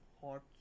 hot